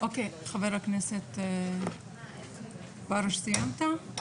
חבר הכנסת פרוש, סיימת?